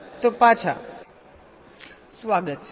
તો પાછા સ્વાગત છે